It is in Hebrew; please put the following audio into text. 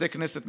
בתי כנסת,